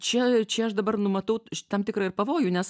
čia čia aš dabar numatau tam tikrą ir pavojų nes